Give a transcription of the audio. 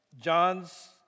John's